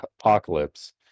apocalypse